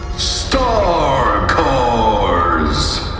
star cores!